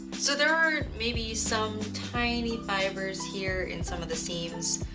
so there are maybe some tiny fibers here in some of the seams.